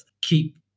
keep